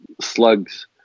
slugs